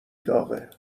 داغه